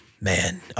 man